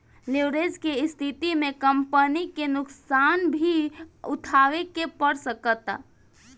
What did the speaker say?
leverage के स्थिति में कंपनी के नुकसान भी उठावे के पड़ सकता